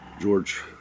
George